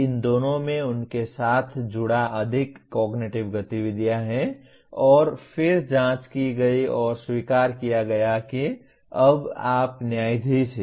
इन दोनों में उनके साथ जुड़ी अधिक कॉग्निटिव गतिविधियां हैं और फिर जांच की गई और स्वीकार किया गया कि अब आप न्यायाधीश हैं